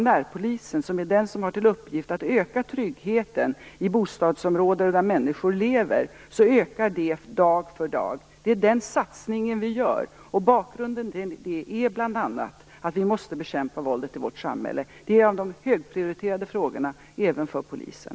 Närpolisen har till uppgift att öka tryggheten i områden där människor lever. Utbyggnaden av närpolisen ökar dag för dag. Den satsningen gör vi. Bakgrunden är bl.a. att vi måste bekämpa våldet i vårt samhälle. Det är en av de högprioriterade frågorna även för Polisen.